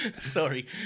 Sorry